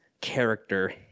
character